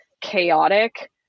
chaotic